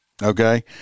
Okay